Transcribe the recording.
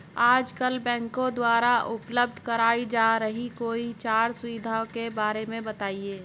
आजकल बैंकों द्वारा उपलब्ध कराई जा रही कोई चार सुविधाओं के बारे में बताइए?